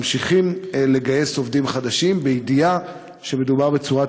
ממשיך לגייס עובדים חדשים בידיעה שמדובר בצורת